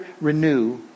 renew